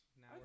now